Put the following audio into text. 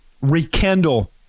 rekindle